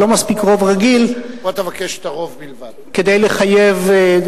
ולא מספיק רוב רגיל כדי לחייב.